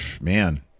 Man